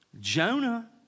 Jonah